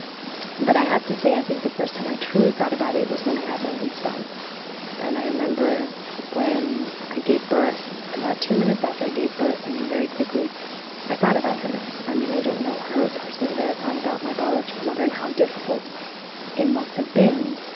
but i have to say, i think the first time i truly thought about it was when i had my own son and i remember when i gave birth about two minutes after i gave birth i mean, very quickly i thought about her. i mean, i don't know her personally. but i thought about my biological mother and how difficult it must have been